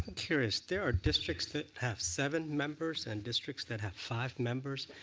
curious there are districts that have seven members and districts that have five members.